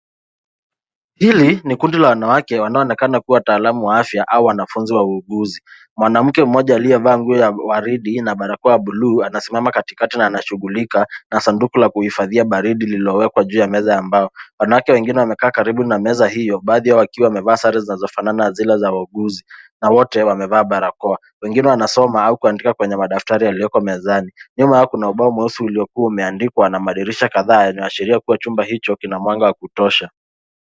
Hili ni kundi la wanawake wanaoonekana kuwa wataalamu wa afya au wanafunzi wa uuguzi, mwanamke mmoja aliyevaa nguo ya waridi na barakoa buluu anasimama katikati na anashughulika na sanduku la kuhifadhia baridi lililowekwa juu ya meza ya mbao ,wanawake wengine wamekaa karibu na meza hiyo baadhi ya wakiwa wamevaa sare zinanazofanana na zile wauguzi na wote wamevaa barakoa wengine wanasoma au kuandika kwenye madaftari alioko mezani ,nyuma yako na ubao mweusi uliokuwa umeandikwa na madirisha kadhaa yameashiria kuwa chumba hicho kina mwanga wa kutosha.